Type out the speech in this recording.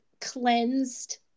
cleansed